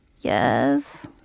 Yes